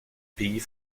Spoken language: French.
pays